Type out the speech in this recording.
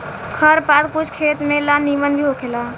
खर पात कुछ खेत में ला निमन भी होखेला